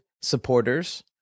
supporters